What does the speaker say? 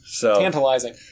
Tantalizing